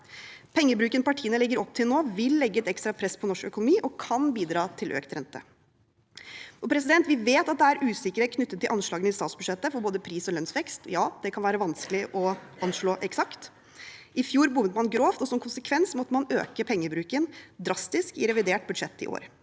Pengebruken partiene legger opp til nå, vil legge et ekstra press på norsk økonomi og kan bidra til økt rente. Vi vet at det er usikkerhet knyttet til anslagene i statsbudsjettet for både pris- og lønnsvekst. Ja, det kan være vanskelig å anslå eksakt. I fjor bommet man grovt, og som konsekvens måtte man øke pengebruken drastisk i revidert budsjett i år.